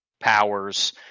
powers